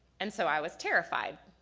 and so i was terrified.